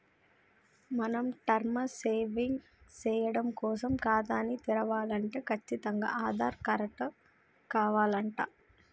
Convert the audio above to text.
మనం term savings సేయడం కోసం ఖాతాని తెరవలంటే కచ్చితంగా ఆధార్ కారటు కావాలంట